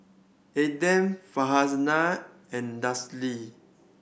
Adam Farhanah and Danish Li